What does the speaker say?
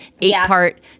eight-part